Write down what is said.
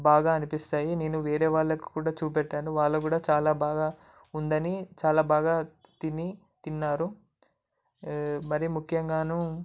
బాగా అనిపిస్తాయి నేను వేరే వాళ్ళకు కూడా చూపెట్టాను వాళ్ళు కూడా చాలా బాగా ఉందని చాలా బాగా తిని తిన్నారు మరీ ముఖ్యంగా